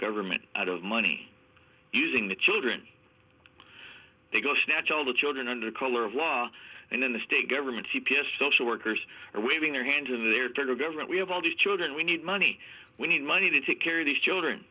government out of money using the children to go snatch all the children under color of law and then the state government c p s social workers are waving their hands in their turn to government we have all these children we need money we need money to take care of these children